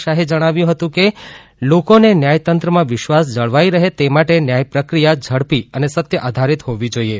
શાહે જણાવ્યુ હતુ કે લોકોને ન્યાયતત્રંમા વિશ્વાસ જળવાઇ રહે તે માટે ન્યાય પ્રક્રિયા ઝડપી અને સત્ય આધારિત હોવી જોઇએ